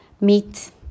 meat